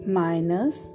minus